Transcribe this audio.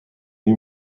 lui